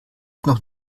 noch